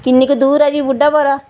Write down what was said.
ਕਿੰਨੀ ਕੁ ਦੂਰ ਹੈ ਜੀ ਬੁੱਢਾ ਭੋਰਾ